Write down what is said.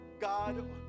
God